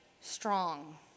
strong